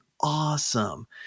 awesome